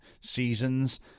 seasons